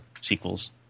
sequels